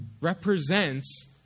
represents